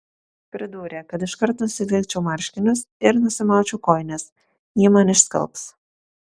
pridūrė kad iškart nusivilkčiau marškinius ir nusimaučiau kojines ji man išskalbs